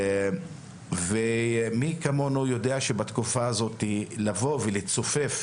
ומי כמונו יודע שבתקופה הזאת לצופף